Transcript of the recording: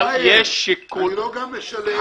זה לא טעות, זה לא זה.